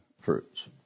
fruits